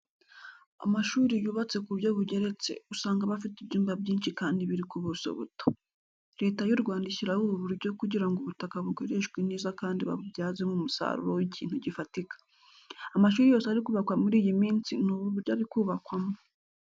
Amashuri yubatse ku buryo bugeretse, usanga aba afite ibyumba byinshi kandi biri ku buso buto. Leta y'u Rwanda ishyiraho ubu buryo kugira ngo ubutaka bukoreshwe neza kandi babubyazemo umusaruro w'ikintu gifatika. Amashuri yose ari kubakwa muri iyi minsi, ni ubu buryo ari kubakwamo.